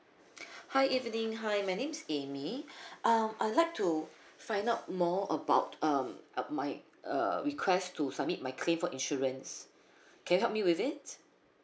hi evening hi my name is amy um I like to find out more about um my uh request to submit my claim for insurance can you help me with it